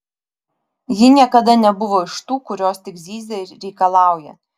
ji niekada nebuvo iš tų kurios tik zyzia ir reikalauja